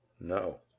No